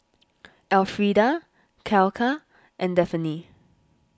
Elfrieda Clella and Daphne